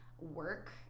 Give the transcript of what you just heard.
work